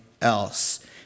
else